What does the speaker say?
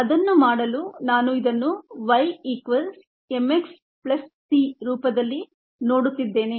ಅದನ್ನುಮಾಡಲು ನಾನು ಇದನ್ನು y equals m x plus c ರೂಪದಲ್ಲಿ ನೋಡುತ್ತಿದ್ದೇನೆ